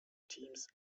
teams